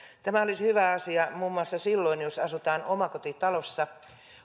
tämä olisi hyvä asia muun muassa silloin jos asutaan omakotitalossa